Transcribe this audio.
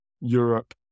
Europe